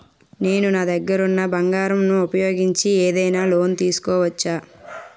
నేను నా దగ్గర ఉన్న బంగారం ను ఉపయోగించి ఏదైనా లోన్ తీసుకోవచ్చా?